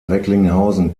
recklinghausen